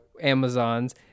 Amazons